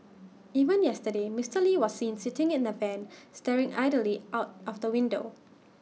even yesterday Mister lee was seen sitting in the van staring idly out of the window